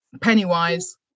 Pennywise